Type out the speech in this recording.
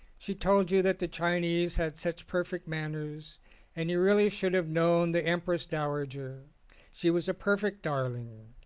she told you that the chinese had such perfect manners and you really should have known the empress dowager she was a perfect darling.